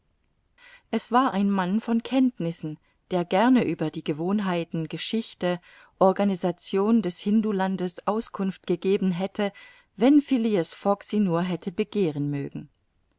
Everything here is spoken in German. es war ein mann von kenntnissen der gerne über die gewohnheiten geschichte organisation des hindulandes auskunft gegeben hätte wenn phileas fogg sie nur hätte begehren mögen